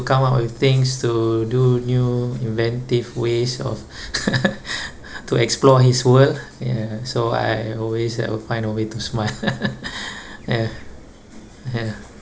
come out with things to do new inventive ways of to explore his world ya so I always I will find a way to smile ya ya